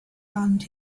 band